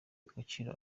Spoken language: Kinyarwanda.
agaciro